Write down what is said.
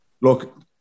Look